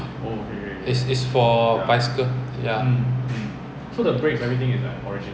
it's it's for bicycle ya